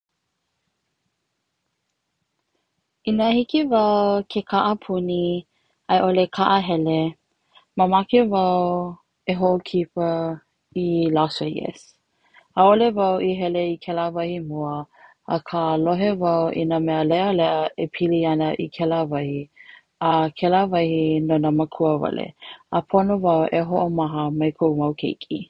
Ina hiki wau ke kaʻapuni aiʻole kaʻahele mamake wau e hoʻokipa i las Vegas, ʻaʻole wau i hele i kela wahi mua aka lohe wau i na mea leʻaleʻa e pili ana i kela wahi a kela wahi no na makua wale, a pono wau e hoʻomaha mai koʻu mau keiki.